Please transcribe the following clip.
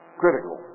critical